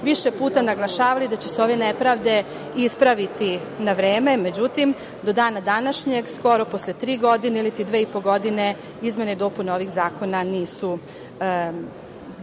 pitanja naglašavali da će se ove nepravde ispraviti na vreme. Međutim, do dana današnjeg, skoro posle tri godine iliti dve i po godine, izmene i dopune ovih zakona nisu